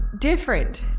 different